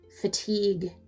fatigue